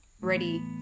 ready